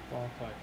八块